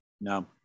no